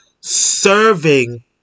serving